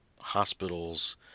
hospitals